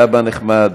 ואבא נחמד,